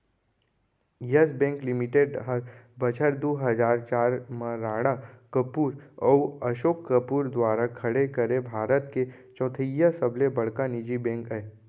yes Bank Limited हर बछर दू हजार चार म राणा कपूर अउ असोक कपूर दुवारा खड़े करे भारत के चैथइया सबले बड़का निजी बेंक अय